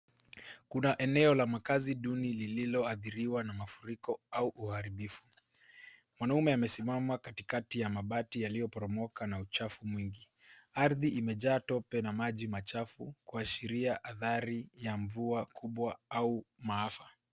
Kuna eneo la makaazi duni lililoadhiriwa na mfuriko au uharibifu. Mwanaume amesimama katikati ya mabati yaliyoporomoka na uchafu mwingi. Ardhi imejaa tope na maji machafu kuashiria adhari ya mvua mkubwa au maafa.